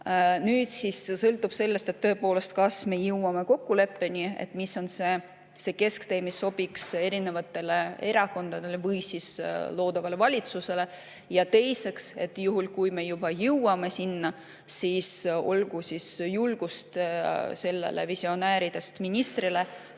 Nüüd sõltub kõik sellest, tõepoolest, kas me jõuame kokkuleppeni, mis on see kesktee, mis sobiks erinevatele erakondadele või siis loodavale valitsusele. Ja teiseks, juhul, kui me sinna jõuame, siis olgu julgust sellel visionäärist ministril,